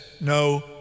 no